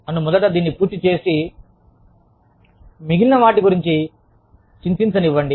నన్ను మొదట దీన్ని పూర్తి చేసి మిగిలిన వాటి గురించి చింతించనివ్వండి